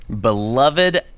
Beloved